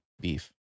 beef